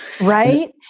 Right